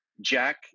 Jack